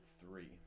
three